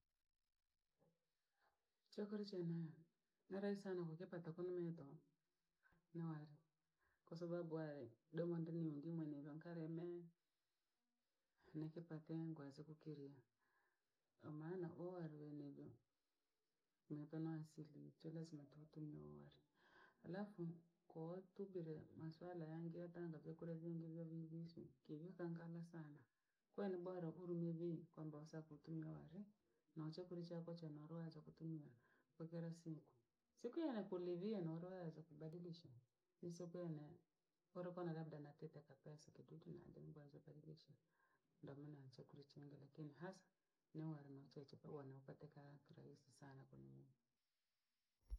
chokole cha nhea nalesanaho kepatakomnento nwari, kwa sababu arii domonde ni mundi mwenega nkarene nekepate ngwasogokere. Omaana owarwenebe nutanoasiri chorosintonto nyo warii. Alafu kootugire maswala ange atanga kurekure vingi vio vingi visu kevyotangana sana, kwo ni bora oloyevyii komboasapotri noare nochakorichako cha marwazo kotumia ko kera sinku. Siku yana korevia norwazo kubadilisha isopene korokona labda nateta kapesa kidutu nadenvwaze kabhilisha ndabhuna na nso kurstianga lakini hasa niwarema cheche karuwa na upate kaa kirahisi sana koninyeto.